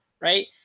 right